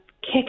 kick